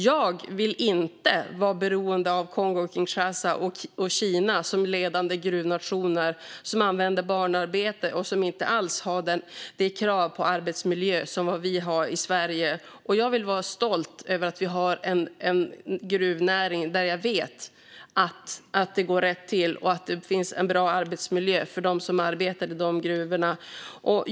Jag vill inte vara beroende av Kongo-Kinshasa eller Kina, ledande gruvnationer som använder barnarbete och inte alls har de krav på arbetsmiljö som vi har i Sverige. Jag vill vara stolt över att vi har en gruvnäring där jag vet att det går rätt till och att det är en bra arbetsmiljö för dem som arbetar i de gruvorna.